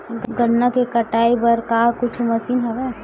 गन्ना के कटाई बर का कुछु मशीन हवय?